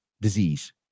disease